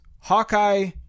Hawkeye